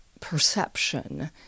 perception